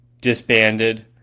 disbanded